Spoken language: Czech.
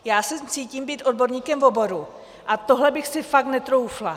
Já se cítím být odborníkem v oboru a tohle bych si fakt netroufla.